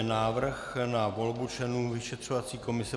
Návrh na volbu členů vyšetřovací komise